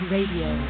Radio